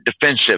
defensive